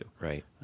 Right